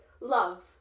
Love